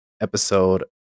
episode